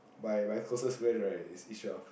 my my closest friend is is your